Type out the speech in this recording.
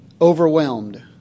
overwhelmed